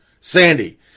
Sandy